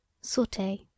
Saute